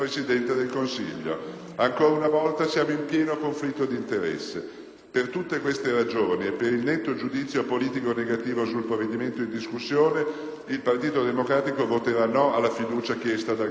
Ancora una volta siamo in pieno conflitto d'interesse. Per tutte queste ragioni e per il netto giudizio politico negativo sul provvedimento in discussione, il Partito Democratico voterà no alla fiducia chiesta dal Governo.